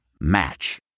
Match